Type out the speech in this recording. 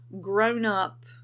grown-up